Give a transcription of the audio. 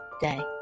day